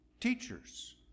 teachers